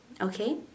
okay